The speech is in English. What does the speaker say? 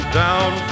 down